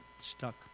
stuck